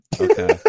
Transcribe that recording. Okay